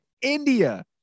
India